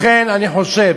לכן אני חושב,